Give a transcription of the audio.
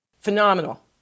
Phenomenal